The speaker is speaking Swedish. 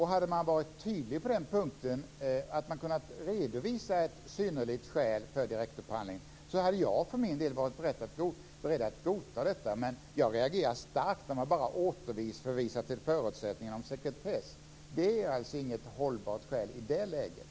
Hade man varit tydlig på den punkten och kunnat redovisa ett synnerligt skäl för direktupphandling hade jag för min del varit beredd att godta detta. Men jag reagerar starkt när man bara hänvisar till förutsättningarna för sekretess. Det är inget hållbart skäl i det läget.